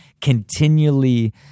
continually